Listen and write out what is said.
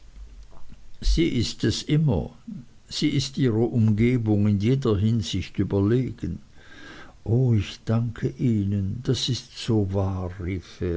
sie ist es immer sie ist ihrer umgebung in jeder hinsicht überlegen o ich danke ihnen das ist so wahr